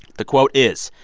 the quote is,